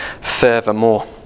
furthermore